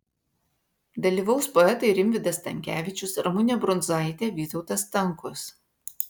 dalyvaus poetai rimvydas stankevičius ramunė brundzaitė vytautas stankus